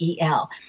EL